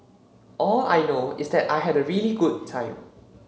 all I know is that I had a really good time